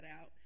out